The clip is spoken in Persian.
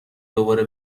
دوباره